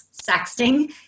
Sexting